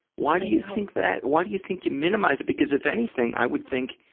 why do you think that, why do you think you minimize it, because, if anything, i would think,